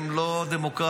הם לא דמוקרטים,